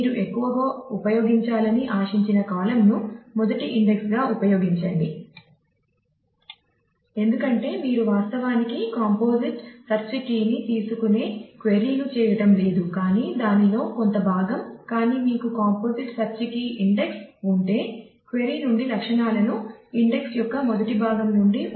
మీరు ఎక్కువగా ఉపయోగించాలని ఆశించిన కాలమ్ ను మొదటి ఇండెక్స్ గా ఉంచండి